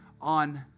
on